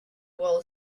well